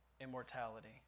immortality